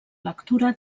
lectura